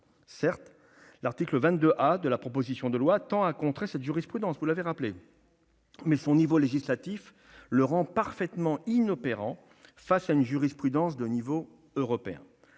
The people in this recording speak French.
Certes, l'article 22 A de la proposition de loi tend à contrer cette jurisprudence- vous l'avez rappelé -, mais son niveau législatif le rend parfaitement inopérant face à une jurisprudence de niveau européen.